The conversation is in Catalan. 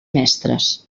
mestres